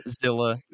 Zilla